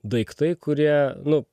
daiktai kurie nu